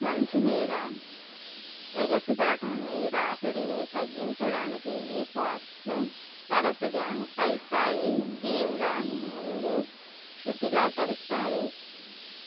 మంచు మీద ఎగసిపడటాన్ని రాపిడిని తగ్గించడానికి ఈ పాక్ను తరచుగా పైస్థాయి గేమ్ల ముందు శీతలీకరిస్తారు